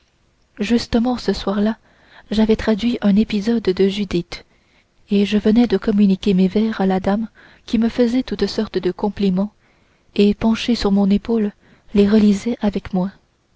justement ce soir-là j'avais traduit un épisode de judith et je venais de communiquer mes vers à la dame qui me faisait toutes sortes de compliments et penchée sur mon épaule les relisait avec moi